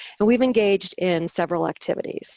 and we've engaged in several activities